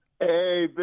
Hey